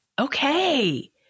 Okay